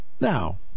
Now